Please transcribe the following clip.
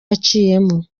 yaciyemo